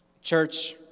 Church